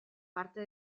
parte